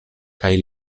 kaj